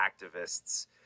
activists